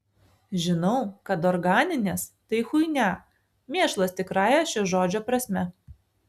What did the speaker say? žinau kad organinės tai chuinia mėšlas tikrąja šio žodžio prasme